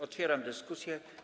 Otwieram dyskusję.